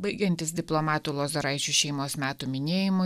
baigiantis diplomato lozoraičių šeimos metų minėjimui